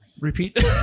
Repeat